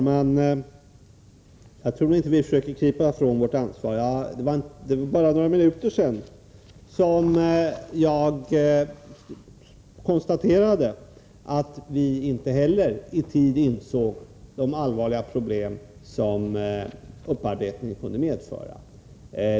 Herr talman! Vi försöker inte krypa ifrån vårt ansvar. Bara för några minuter sedan konstaterade jag att inte heller vi i tid insåg de allvarliga problem upparbetning kunde medföra.